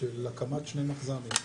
של הקמת שני מחז"מים,